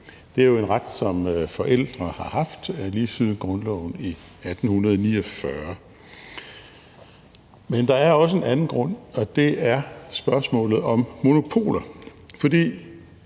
Det er jo en ret, som forældre har haft lige siden grundloven i 1849. Men der er også en anden grund, og det er spørgsmålet om monopoler.